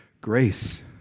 grace